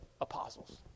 apostles